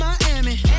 Miami